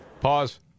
Pause